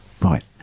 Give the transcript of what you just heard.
Right